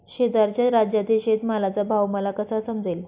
शेजारच्या राज्यातील शेतमालाचा भाव मला कसा समजेल?